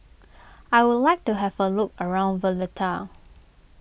I would like to have a look around Valletta